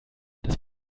das